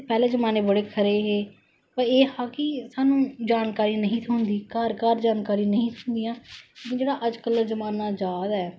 पहले जमाने बडे़ खरे है सानू जानकारी नेईं ही थ्होंदी घर घर जानकारी नेई ही थ्होंदियां जेहड़ा अजकल जमाना जारदा ऐ